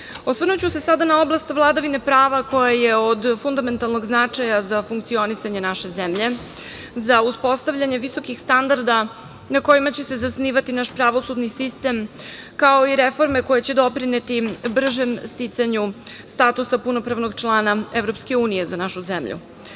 se sada na oblast vladavine prava koja je od fundamentalnog značaja za funkcionisanje naše zemlje, za uspostavljanje visokih standarda na kojima će se zasnivati naš pravosudni sistem, kao i reforme koje će doprineti bržem sticanju statusa punopravnog člana EU za našu